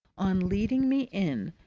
on leading me in,